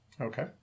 Okay